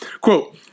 Quote